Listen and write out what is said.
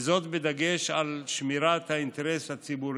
וזאת בדגש על שמירת האינטרס הציבורי.